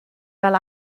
fel